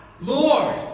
Lord